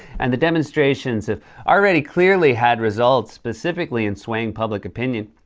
and the demonstrations have already clearly had results, specifically in swaying public opinion.